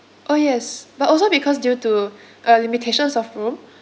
oh yes but also because due to uh limitations of room